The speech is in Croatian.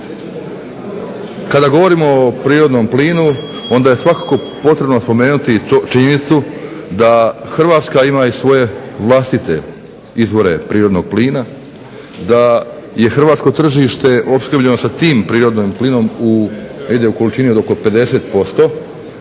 Kada govorimo o prirodnom plinu onda je svakako potrebno spomenuti i činjenicu da Hrvatska ima i svoje vlastite izvore prirodnog plina, da je hrvatsko tržište opskrbljeno sa tim prirodnim plinom u, negdje u količini od oko 50%,